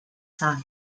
side